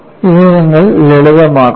ഇത് നിങ്ങൾ ലളിതമാക്കുന്നു